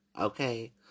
Okay